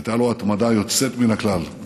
הייתה לו התמדה יוצאת מן הכלל.